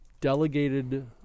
delegated